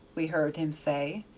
we heard him say,